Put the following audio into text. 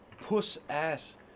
puss-ass